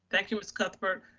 thank you, ms. cuthbert,